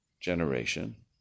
generation